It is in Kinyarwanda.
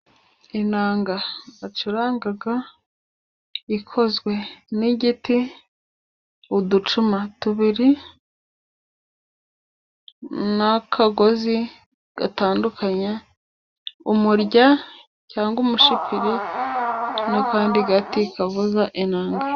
Inanga bacuranga ikozwe n'igiti, uducuma tubiri n'akagozi gatandukanya umurya, cyangwa umushipiri n'akandi gati kavuza inanga.